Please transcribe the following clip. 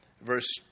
Verse